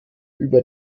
über